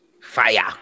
Fire